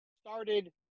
started